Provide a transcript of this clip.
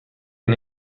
and